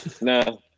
no